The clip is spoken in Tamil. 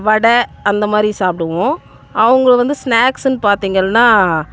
வடை அந்த மாதிரி சாப்பிடுவோம் அவங்க வந்து ஸ்நாக்ஸ்ஸுன்னு பார்த்தீங்கன்னா